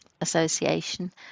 association